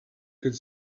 could